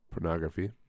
pornography